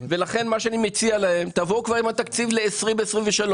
לכן אני מציע שתבואו כבר עם התקציב ל-2023.